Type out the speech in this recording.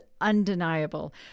undeniable